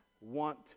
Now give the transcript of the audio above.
want